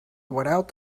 without